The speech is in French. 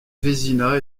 vézina